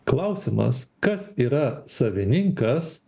klausimas kas yra savininkas